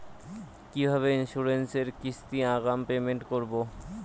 কিভাবে ইন্সুরেন্স এর কিস্তি আগাম পেমেন্ট করবো?